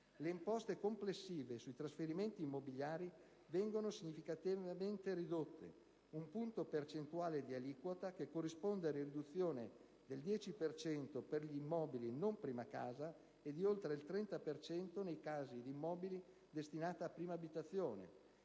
Le imposte complessive sui trasferimenti immobiliari vengono significativamente ridotte: un punto percentuale di aliquota, che corrisponde a una riduzione del 10 per cento per gli immobili non prima casa e di oltre il 30 per cento nei casi di immobili destinati a prima abitazione.